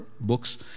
books